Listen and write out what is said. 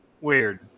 Weird